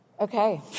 Okay